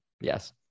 Yes